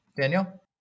Daniel